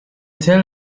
tell